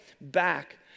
back